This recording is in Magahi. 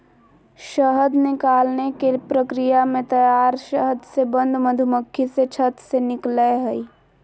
शहद निकालने के प्रक्रिया में तैयार शहद से बंद मधुमक्खी से छत्त से निकलैय हइ